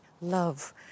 love